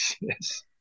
Yes